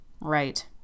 Right